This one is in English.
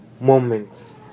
moments